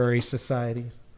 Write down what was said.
societies